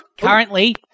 Currently